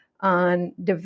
on